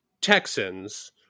Texans